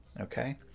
okay